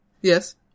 Yes